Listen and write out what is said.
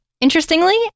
Interestingly